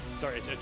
Sorry